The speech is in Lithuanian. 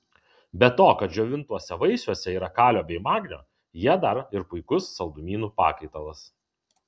be to kad džiovintuose vaisiuose yra kalio bei magnio jie dar ir puikus saldumynų pakaitalas